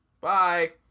bye